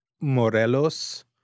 Morelos